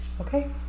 Okay